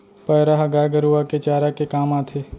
पैरा ह गाय गरूवा के चारा के काम आथे